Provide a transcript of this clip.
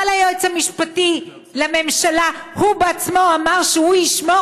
אבל היועץ המשפטי לממשלה עצמו אמר שהוא ישמור